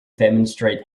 demonstrate